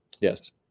Yes